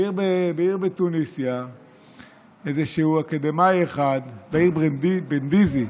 בעיר בתוניסיה איזשהו אקדמאי אחד, בועזיזי,